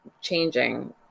changing